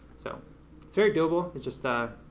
so it's very doable, it's just ah